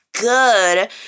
good